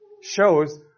shows